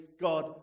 God